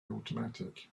automatic